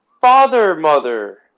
father-mother